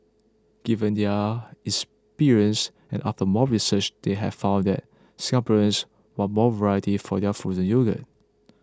given their experience and after more research they have found that Singaporeans want more variety for their frozen yogurt